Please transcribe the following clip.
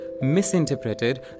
misinterpreted